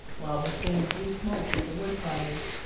while the thin blue smoke of the wood fires,